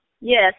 Yes